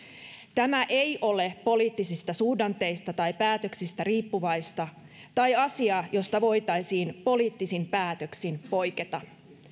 tämä ei ole poliittisista suhdanteista tai päätöksistä riippuvaista tai asia josta voitaisiin poliittisin päätöksin poiketa